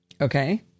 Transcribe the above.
Okay